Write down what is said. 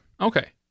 Okay